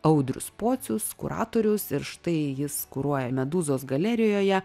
audrius pocius kuratoriaus ir štai jis kuruoja medūzos galerijoje